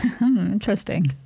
Interesting